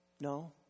No